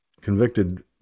convicted